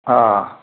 हा